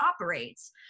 operates